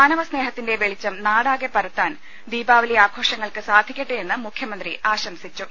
മാനവ സ്നേഹത്തിന്റെ വെളിച്ചും നാടാകെ പരത്താൻ ദീപാവലി ആഘോഷങ്ങൾക്ക് സാധിക്കട്ടെ എന്ന് മുഖ്യമന്ത്രി ആശംസിച്ചു